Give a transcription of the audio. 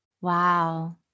Wow